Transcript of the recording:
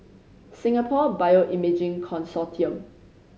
Singapore Bioimaging Consortium